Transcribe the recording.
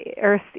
Earth